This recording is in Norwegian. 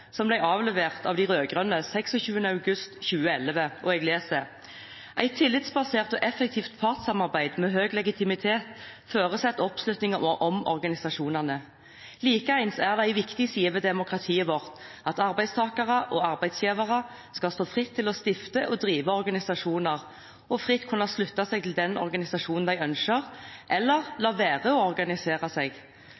som ble avlevert av de rødgrønne 26. august 2011. Jeg leser: «Eit tillitsbasert og effektivt partssamarbeid med høg legitimitet føreset oppslutning om organisasjonane. Likeins er det ei viktig side ved demokratiet vårt at arbeidstakarar og arbeidsgivarar skal stå fritt til å stifte og drive organisasjonar, og fritt kunne slutte seg til den organisasjonen dei ønskjer, eller